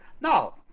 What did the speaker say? No